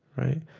right?